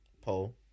poll